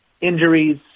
Injuries